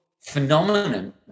phenomenon